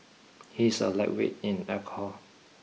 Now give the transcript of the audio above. he is a lightweight in alcohol